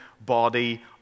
body